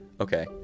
Okay